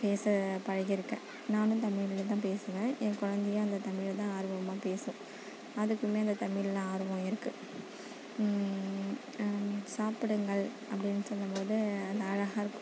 பேச பழகியிருக்கேன் நானும் தமிழில் தான் பேசுவேன் என் குழந்தையும் அந்த தமிழில் தான் ஆர்வமாக பேசும் அதுக்குமே அந்த தமிழில் ஆர்வம் இருக்குது சாப்பிடுங்கள் அப்படின் சொல்லும் போது அது அழகாயிருக்கும்